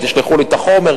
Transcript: ו"תשלחו לי את החומר",